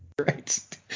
right